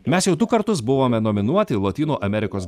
mes jau du kartus buvome nominuoti lotynų amerikos